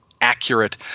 accurate